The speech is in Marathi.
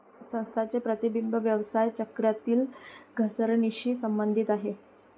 संस्थांचे प्रतिबिंब व्यवसाय चक्रातील घसरणीशी संबंधित आहे